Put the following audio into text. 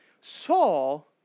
Saul